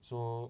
so